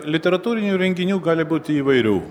literatūrinių renginių gali būti įvairių